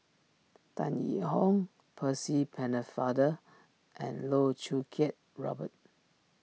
Tan Yee Hong Percy Pennefather and Loh Choo Kiat Robert